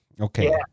Okay